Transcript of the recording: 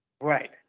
Right